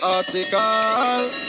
Article